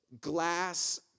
glass